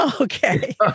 Okay